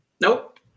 Nope